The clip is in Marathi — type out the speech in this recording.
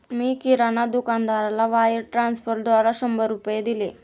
मी किराणा दुकानदाराला वायर ट्रान्स्फरद्वारा शंभर रुपये दिले